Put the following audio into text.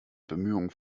bemühungen